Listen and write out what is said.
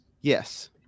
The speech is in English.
Yes